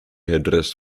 headdress